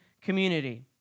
community